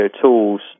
tools